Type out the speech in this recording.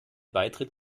beitritt